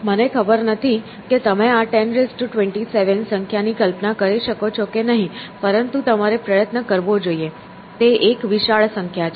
મને ખબર નથી કે તમે આ 1027 સંખ્યા ની કલ્પના કરી શકો છો કે નહીં પરંતુ તમારે પ્રયત્ન કરવો જોઈએ તે એક વિશાળ સંખ્યા છે